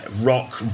rock